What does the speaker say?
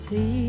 See